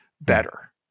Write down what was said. better